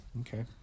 Okay